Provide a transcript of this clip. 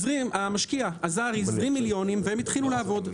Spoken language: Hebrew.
המשקיע הזר הזרים מיליונים והם התחילו לעבוד.